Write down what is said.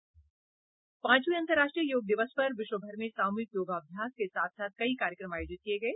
पांचवें अंतर्राष्ट्रीय योग दिवस पर विश्व भर में सामूहिक योगाभ्यास के साथ साथ कई कार्यक्रम आयोजित किये गये